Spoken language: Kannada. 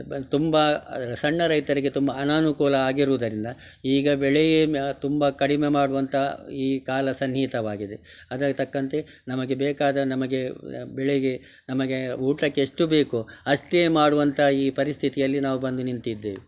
ತುಂಬ ಸಣ್ಣ ರೈತರಿಗೆ ತುಂಬ ಅನಾನುಕೂಲ ಆಗಿರುವುದರಿಂದ ಈಗ ಬೆಳೆಯೇ ತುಂಬ ಕಡಿಮೆ ಮಾಡುವಂಥ ಈ ಕಾಲ ಸನ್ನಿಹಿತವಾಗಿದೆ ಅದಕ್ಕೆ ತಕ್ಕಂತೆ ನಮಗೆ ಬೇಕಾದ ನಮಗೆ ಬೆಳೆಗೆ ನಮಗೆ ಊಟಕ್ಕೆ ಎಷ್ಟು ಬೇಕು ಅಷ್ಟೇ ಮಾಡುವಂಥ ಈ ಪರಿಸ್ಥಿತಿಯಲ್ಲಿ ನಾವು ಬಂದು ನಿಂತಿದ್ದೇವೆ